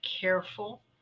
careful